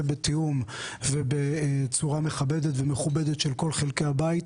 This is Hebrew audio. בתיאום ובצורה מכבדת ומכובדת של כל חלקי הבית.